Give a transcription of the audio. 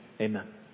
Amen